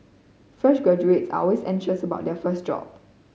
fresh graduates always anxious about their first job